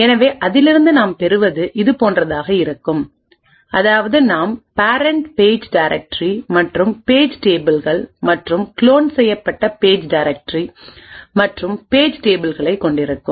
எனவே அதிலிருந்து நாம் பெறுவது இதுபோன்றதாக இருக்கும் அதாவது நாம் பேரண்ட் பேஜ் டைரக்டரி மற்றும் பேஜ் டேபிள்கள் மற்றும் குளோன் செய்யப்பட்ட பேஜ் டைரக்டரி மற்றும் பேஜ் டேபிள்களை கொண்டிருக்கும்